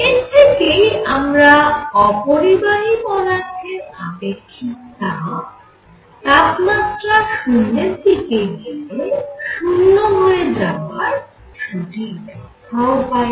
এর থেকেই আমরা অপরিবাহী পদার্থের আপেক্ষিক তাপ তাপমাত্রা 0 এর দিকে গেলে 0 হয়ে যাওয়ার সঠিক ব্যাখ্যাও পাই